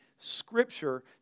scripture